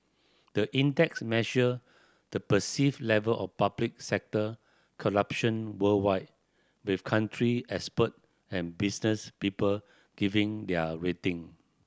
the index measure the perceived level of public sector corruption worldwide with country expert and business people giving their rating